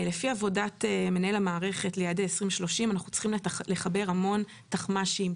לפי עבודת מנהל המערכת ליעדי 2030 אנחנו צריכים לחבר המון תחמ"שים,